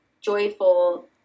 joyful